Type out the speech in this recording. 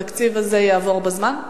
והתקציב הזה יעבור בזמן?